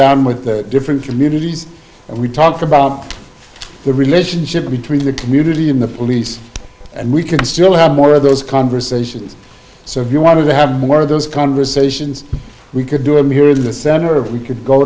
down with the different communities and we talk about the relationship between the community and the police and we can still have more of those conversations so if you want to have more of those conversations we could do it here in the center of we could go